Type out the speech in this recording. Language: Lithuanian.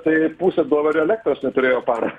tai pusė doverio elektros neturėjo parą